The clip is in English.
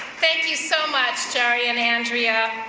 thank you so much gerry and andrea.